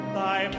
thy